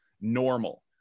normal